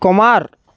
Kumar